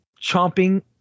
chomping